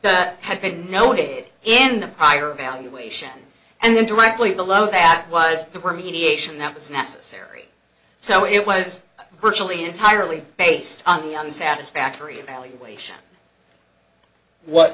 that have been noted in the prior evaluation and then directly below that was the word mediation that was necessary so it was virtually entirely based on the on satisfactory evaluation what